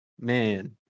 man